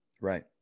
Right